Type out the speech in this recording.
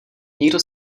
nikdo